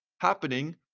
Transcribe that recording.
happening